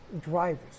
drivers